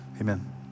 Amen